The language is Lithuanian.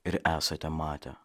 ir esate matę